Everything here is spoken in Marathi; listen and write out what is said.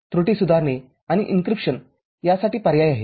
त्रुटी सुधारणे आणि एनक्रिप्शन यासाठी पर्याय आहेत